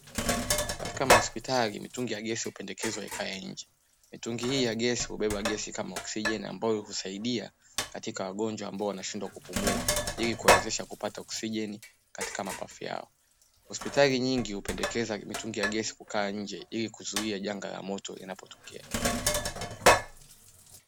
Katika mahospitali mitungi ya gesi hupendekezwa ikae nje. Mitungi hii ya gesi hubeba gesi kama oksijeni, ambayo husaidia katika wagonjwa ambao wanashindwa kupumua ili kuwawezesha kupata oksijeni katika mapafu yao. Hospitali nyingi hupendekeza mitungi ya gesi kukaa nje ili kuzuia janga la moto inapotokea.